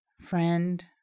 friend